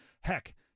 heck